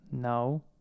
No